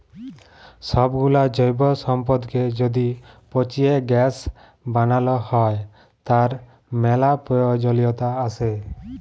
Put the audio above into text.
সবগুলা জৈব সম্পদকে য্যদি পচিয়ে গ্যাস বানাল হ্য়, তার ম্যালা প্রয়জলিয়তা আসে